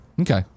Okay